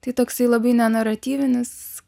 tai toksai labai nenaratyvinis